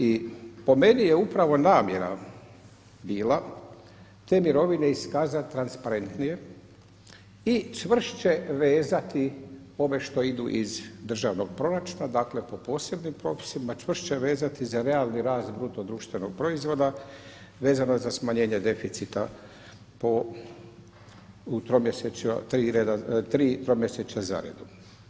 I po meni je upravo namjera bila te mirovine iskazati transparentnije i čvršće vezati ove što idu iz državnog proračuna, dakle po posebnim propisima čvršće vezati za realni rast bruto društvenog proizvoda, vezano za smanjenje deficita tri tromjesečja zaredom.